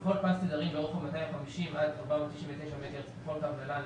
לכל פס תדרים ברוחב 250 עד 499 מגה-הרץ בכל קו נל"ן,